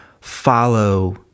follow